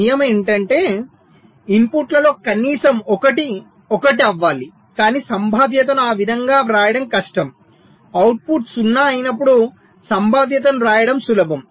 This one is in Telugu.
నియమం ఏంటంటే ఇన్పుట్లలో కనీసం ఒకటి 1 అవ్వాలి కానీ సంభావ్యతను ఆ విధంగా వ్రాయడం కష్టం అవుట్పుట్ 0 అయినప్పుడు సంభావ్యతను వ్రాయడం సులభం